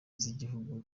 z’igihugu